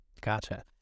Gotcha